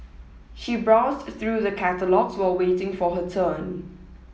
she browsed through the catalogues while waiting for her turn